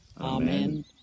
Amen